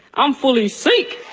i'm fully sikh.